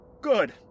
good